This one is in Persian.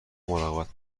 مراقبت